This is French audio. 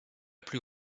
plus